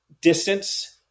distance